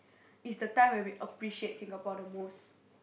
it's the time we appreciate Singapore the most